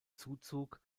zuzug